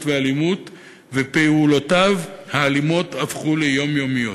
ולאלימות ופעולותיו האלימות הפכו ליומיומיות?